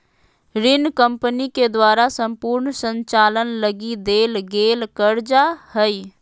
ऋण कम्पनी के द्वारा सम्पूर्ण संचालन लगी देल गेल कर्जा हइ